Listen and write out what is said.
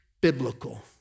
biblical